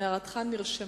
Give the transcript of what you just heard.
הערתך נרשמה.